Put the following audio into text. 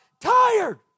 tired